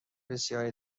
بسیاری